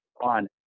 on